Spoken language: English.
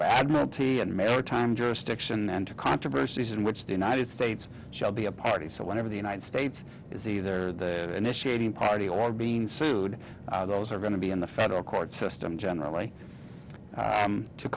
bad multi and maritime jurisdiction and to controversies in which the united states shall be a party so whenever the united states is either the initiating party or being sued those are going to be in the federal court system generally